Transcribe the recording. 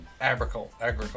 agriculture